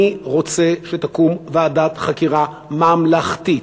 אני רוצה שתקום ועדת חקירה ממלכתית.